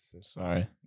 sorry